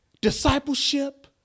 discipleship